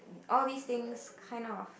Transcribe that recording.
all these things kind of